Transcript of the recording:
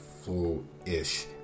full-ish